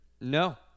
No